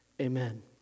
Amen